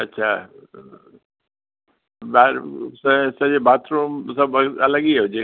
अच्छा ॿार सॼो बाथरूम सभु भई अलॻि ई हुजे